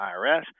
IRS